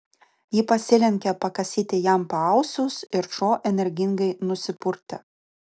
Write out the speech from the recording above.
ji pasilenkė pakasyti jam paausius ir šuo energingai nusipurtė